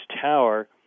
tower